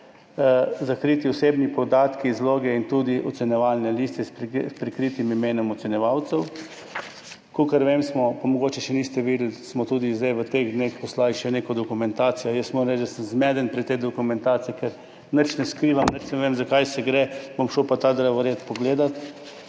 zakriti osebni podatki iz vloge in tudi ocenjevalne liste s prikritim imenom ocenjevalcev. Kolikor vem, mogoče še niste videli, ampak smo zdaj v teh dneh poslali še tudi neko dokumentacijo. Jaz moram reči, da sem zmeden pri tej dokumentaciji, ker nič ne skrivam, nič ne vem, za kaj gre, bom šel pa pogledat